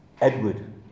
Edward